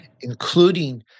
including